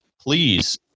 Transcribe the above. please